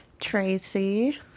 Tracy